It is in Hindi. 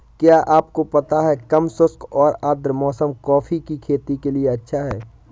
क्या आपको पता है कम शुष्क और आद्र मौसम कॉफ़ी की खेती के लिए अच्छा है?